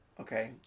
Okay